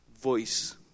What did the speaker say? voice